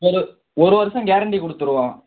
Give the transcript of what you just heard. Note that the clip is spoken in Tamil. ஒரு ஒரு வருஷம் க்யாரண்டி கொடுத்துருவோம்